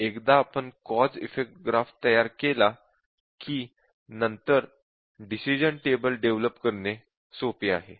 एकदा आपण cause effect graph तयार केला कि नंतर डिसिश़न टेबल डेव्हलप करणे सोपे आहे